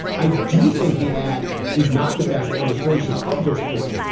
i do think the ad is not the best illustration of this point.